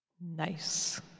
nice